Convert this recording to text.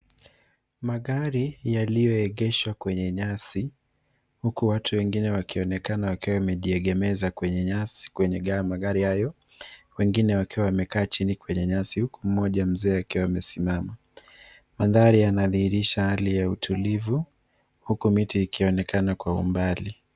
Magari yaliyoegeshwa kwenye nyasi huku watu wengine wakionekana wakiwa wamejiegemeza kwenye nyasi kwenye magari hayo, wengine wakiwa wamekaa chini kwenye nyasi huku mmoja mzee akiwa amesimama. Mandhari yanadhihirisha hali ya utulivu huku miti ikionekana kwa umbali.